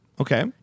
Okay